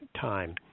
time